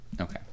okay